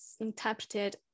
interpreted